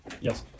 Yes